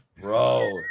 Bro